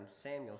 Samuel